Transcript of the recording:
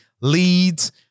leads